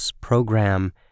program